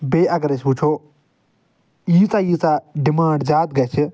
بیٚیہِ اگر أسۍ وُچھو ییٖژاہ ییٖژاہ ڈِمانٛڈ زیادٕ گَژھہِ